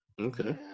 okay